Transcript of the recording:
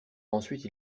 ensuite